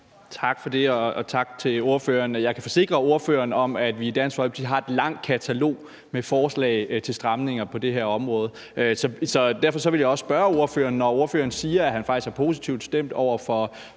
Tak for det, og tak til ordføreren. Jeg kan forsikre ordføreren om, at vi i Dansk Folkeparti har et langt katalog med forslag til stramninger på det her område. Så derfor vil jeg også spørge ordføreren – når ordføreren siger, at han faktisk er positivt stemt over for